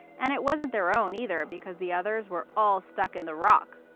and it wasn't their own either because the others were all stuck in the rock.